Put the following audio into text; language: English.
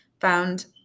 found